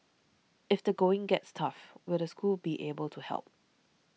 if the going gets tough will the school be able to help